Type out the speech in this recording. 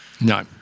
No